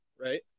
right